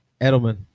Edelman